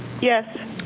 Yes